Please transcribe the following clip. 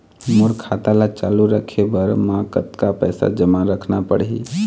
मोर खाता ला चालू रखे बर म कतका पैसा जमा रखना पड़ही?